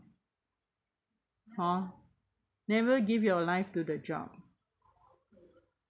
hor never give your life to the job